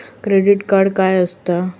Credit card काय असता?